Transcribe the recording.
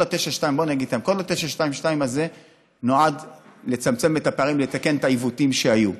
כל ה-922 הזה נועד לצמצם את הפערים ולתקן את העיוותים שהיו.